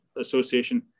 Association